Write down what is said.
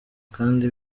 kandi